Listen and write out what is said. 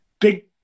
big